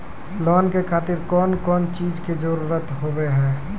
Loan के खातिर कौन कौन चीज के जरूरत हाव है?